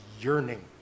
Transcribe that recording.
yearning